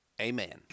Amen